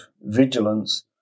vigilance